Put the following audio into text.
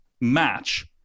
match